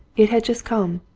it had just come,